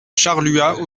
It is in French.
charluat